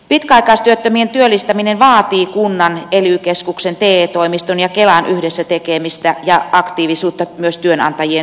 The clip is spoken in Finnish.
pitkäaikaistyöttömien työllistäminen vaatii kunnan ely keskuksen te toimiston ja kelan yhdessä tekemistä ja aktiivisuutta myös työnantajien suuntaan